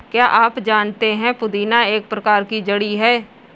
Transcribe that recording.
क्या आप जानते है पुदीना एक प्रकार की जड़ी है